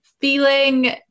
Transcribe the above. feeling